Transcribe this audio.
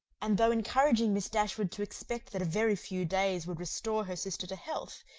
and though encouraging miss dashwood to expect that a very few days would restore her sister to health,